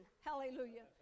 Hallelujah